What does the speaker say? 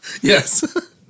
Yes